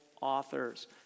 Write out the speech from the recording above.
authors